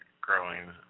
growing